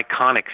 iconic